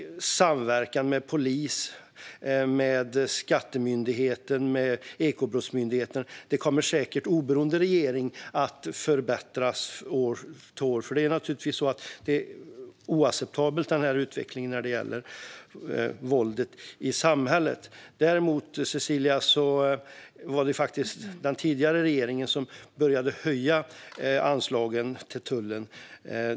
Samverkan med polis, Skatteverket och Ekobrottsmyndigheten kommer säkert att förbättras oberoende av regering år från år. Utvecklingen när det gäller våldet i samhället är oacceptabel. Det var den tidigare regeringen, Cecilia Widegren, som började höja anslagen till tullen.